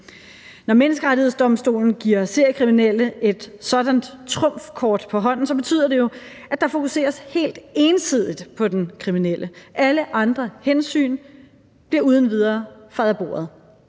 Når Menneskerettighedsdomstolen giver seriekriminelle et sådant trumfkort på hånden, betyder det jo, at der fokuseres helt ensidigt på den kriminelle, og alle andre hensyn bliver uden videre fejet af bordet.